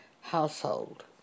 household